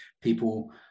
people